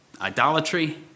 idolatry